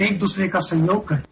एक दूसरे का सहयोग करके